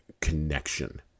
connection